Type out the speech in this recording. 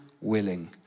willing